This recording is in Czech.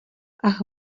ach